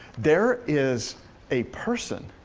there is a person,